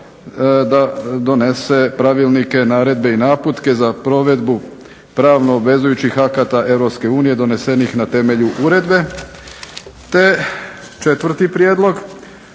da donese pravilnike, naredbe i naputke za provedbu pravno obvezujućih akata Europske unije donesenih na temelju uredbe. Te četvrti prijedlog,